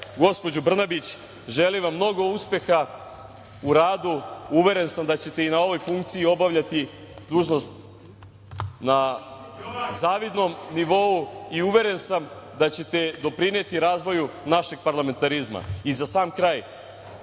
gospođo Brnabić, želim vam mnogo uspeha u radu. Uveren sam da ćete i na ovoj funkciji obavljati dužnost na zavidnom nivou i uveren sam da ćete doprineti razvoju našeg parlamentarizma.Za sam kraj,